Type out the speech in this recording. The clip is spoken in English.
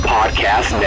Podcast